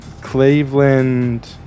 Cleveland